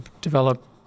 develop